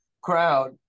crowd